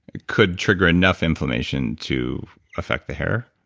it could trigger enough inflammation to affect the hair?